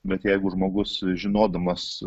bet jeigu žmogus žinodamas